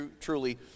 truly